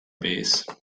base